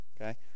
okay